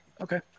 Okay